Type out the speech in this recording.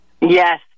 Yes